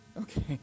Okay